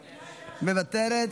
מוותרת,